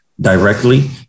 directly